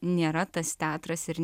nėra tas teatras ir